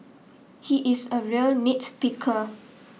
he is a real nit picker